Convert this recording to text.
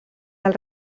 del